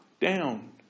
down